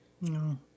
No